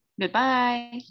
Goodbye